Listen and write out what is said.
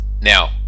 Now